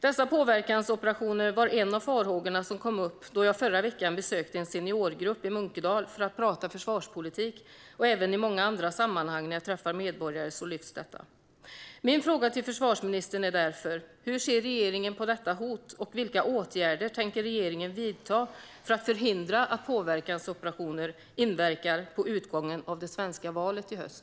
Dessa påverkansoperationer var en av de farhågor som kom upp då jag förra veckan besökte en seniorgrupp i Munkedal för att prata försvarspolitik, och även i många andra sammanhang där jag träffar medborgare lyfts detta fram. Min fråga till försvarsministern är därför: Hur ser regeringen på detta hot, och vilka åtgärder tänker regeringen vidta för att förhindra att påverkansoperationer inverkar på utgången av det svenska valet i höst?